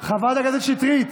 חברת הכנסת שטרית,